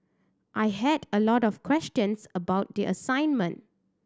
I had a lot of questions about the assignment